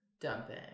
dumping